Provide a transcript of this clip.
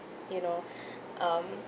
you know um